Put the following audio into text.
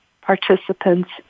participants